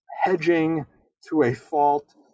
hedging-to-a-fault